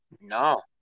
No